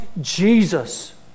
Jesus